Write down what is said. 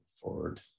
forward